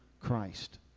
Christ